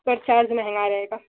पर चार्ज महंगा रहेगा